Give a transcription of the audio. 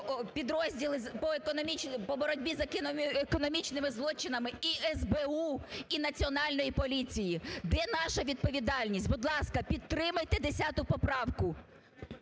по боротьбі з економічними злочинами і СБУ, і Національної поліції. Де наша відповідальність? Будь ласка, підтримайте 10 поправку.